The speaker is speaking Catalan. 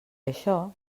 això